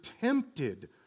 tempted